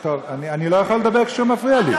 טוב, אני לא יכול לדבר כשהוא מפריע לי.